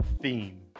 theme